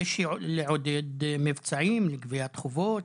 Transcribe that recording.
יש לעודד מבצעים לגביית חובות,